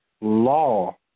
law